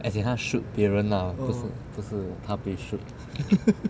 as in 她 shoot 别人 lah 不是不是她被 shoot